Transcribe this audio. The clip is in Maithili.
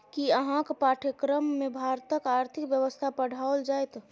कि अहाँक पाठ्यक्रममे भारतक आर्थिक व्यवस्था पढ़ाओल जाएत?